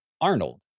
Arnold